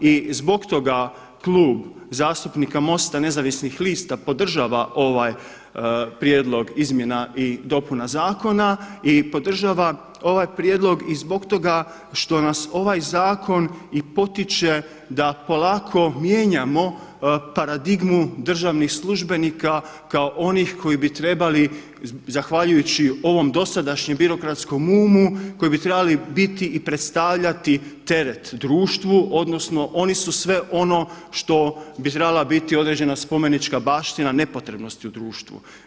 I zbog toga Klub zastupnika MOST-a Nezavisnih lista podržava ovaj prijedlog izmjena i dopuna zakona i podržavam ovaj prijedlog i zbog toga što nas ovaj zakon i potiče da polako mijenjamo paradigmu državnih službenika kao onih koji bi trebali zahvaljujući ovom birokratskom umu, koji bi trebali biti i predstavljati teret društvu, odnosno oni su sve ono što bi trebala biti određena spomenička baština nepotrebnosti u društvu.